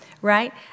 right